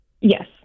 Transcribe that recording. Yes